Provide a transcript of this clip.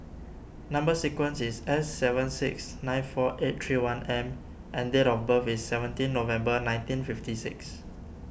Number Sequence is S seven six nine four eight three one M and date of birth is seventeen November nineteen fifty six